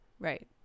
Right